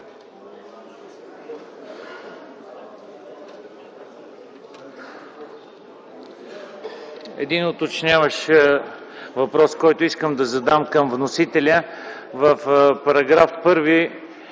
Един уточняващ въпрос, който искам да задам към вносителя – в § 1,